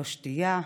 לא שתייה,